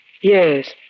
Yes